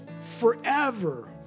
Forever